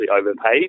overpaid